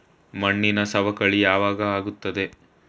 ಮಣ್ಣಿನ ಸವಕಳಿ ಯಾವಾಗ ಆಗುತ್ತದೆ?